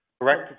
correct